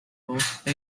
most